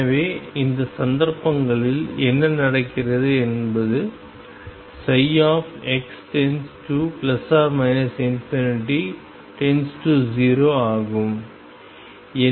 எனவே இந்த சந்தர்ப்பங்களில் என்ன நடக்கிறது என்பது x→±∞→0 ஆகும்